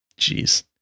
Jeez